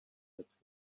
that’s